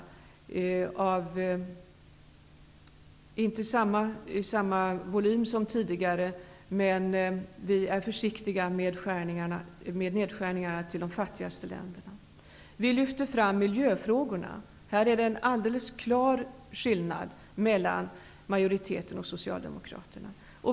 Ramarna skall inte vara av samma volym som tidigare, men vi är försiktiga i nedskärningarna till de fattigaste länderna. Vi lyfter fram miljöfrågorna. Här är det en alldeles klar skillnad mellan majoriteten och Socialdemokraterna.